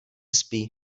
spí